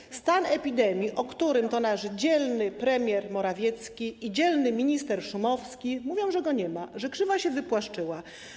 Mowa o stanie epidemii, o którym nasz dzielny premier Morawiecki i dzielny minister Szumowski mówią, że go nie ma, krzywa się wypłaszczyła.